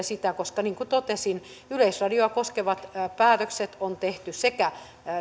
sitä koska niin kuin totesin yleisradiota koskevat päätökset on tehty